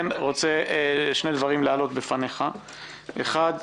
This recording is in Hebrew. רוצה להעלות שני דברים בפניך- אחד,